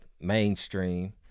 mainstream